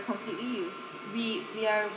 completely use we we are